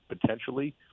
potentially